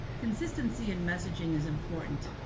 consistency in messaging is important.